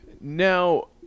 Now